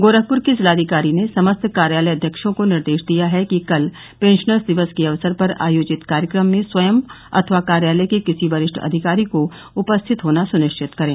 गोरखपुर के जिलाधिकारी ने समस्त कार्यालयाध्यक्षों को निर्देश दिया है कि कल पेंशनर्स दिवस के अवसर पर आयोजित कार्यक्रम में स्वयं अथवा कार्यालय के किसी वरिष्ठ अधिकारी को उपस्थित होना सुनिश्चित करें